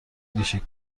ریشه